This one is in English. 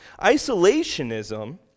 Isolationism